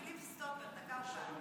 אנחנו מפעילים סטופר, דקה הוא כאן.